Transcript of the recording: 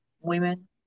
women